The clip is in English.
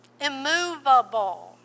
immovable